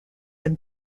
and